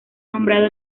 nombrado